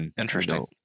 Interesting